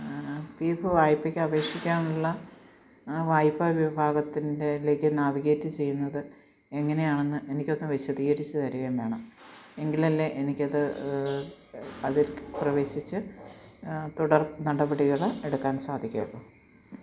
PF വായ്പക്ക് അപേക്ഷിക്കാനുള്ള വായ്പാവിഭാഗത്തിന്റെ ലേക്ക് നാവിഗേറ്റ് ചെയ്യുന്നത് എങ്ങനെയാണെന്ന് എനിക്കൊന്ന് വിശദീകരിച്ച് തരികയും വേണം എങ്കിലല്ലേ എനിക്കത് അതിൽ പ്രവേശിച്ച് തുടർ നടപടികള് എടുക്കാൻ സാധിക്കയുള്ളു